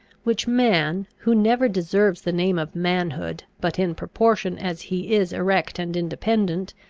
which man, who never deserves the name of manhood but in proportion as he is erect and independent,